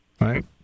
right